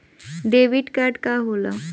Debit card का होला?